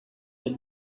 the